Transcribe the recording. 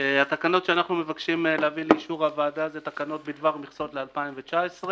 התקנות שאנחנו מבקשים להביא לאישור הוועדה הן תקנות בדבר מכסות ל-2019.